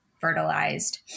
fertilized